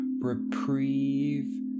reprieve